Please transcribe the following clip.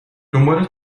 دنبال